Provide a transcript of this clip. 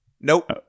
Nope